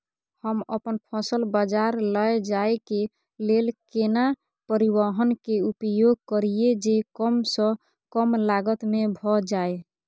हम अपन फसल बाजार लैय जाय के लेल केना परिवहन के उपयोग करिये जे कम स कम लागत में भ जाय?